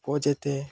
ଓ ଯେତେ